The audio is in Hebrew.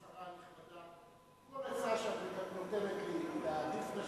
השרה הנכבדה, כל עצה שאת נותנת לי להעדיף נשים,